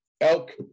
elk